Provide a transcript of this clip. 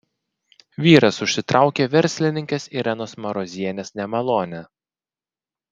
vyras užsitraukė verslininkės irenos marozienės nemalonę